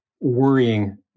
worrying